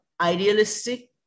idealistic